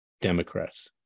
Democrats